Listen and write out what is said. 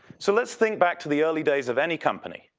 so let's think back to the early days of any company.